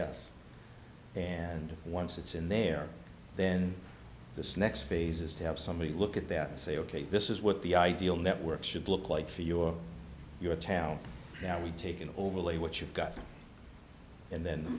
s and once it's in there then the next phase is to have somebody look at that and say ok this is what the ideal network should look like for you or your town that we take an overlay what you've got and then